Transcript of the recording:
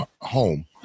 home